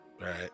Right